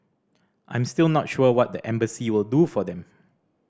I'm still not sure what the embassy will do for them